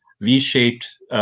V-shaped